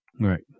Right